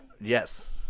Yes